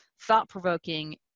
thought-provoking